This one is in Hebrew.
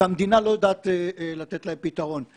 והמדינה לא יודעת לתת להם פתרון.